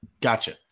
Gotcha